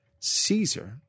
Caesar